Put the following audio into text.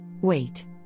Wait